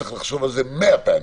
צריך לחשוב על זה מאה פעמים,